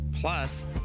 Plus